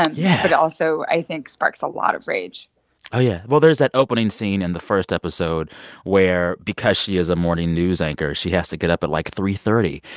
and yeah. but also, i think, sparks a lot of rage oh, yeah. well, there's that opening scene in the first episode where, because she is a morning news anchor, she has to get up at, like, three thirty.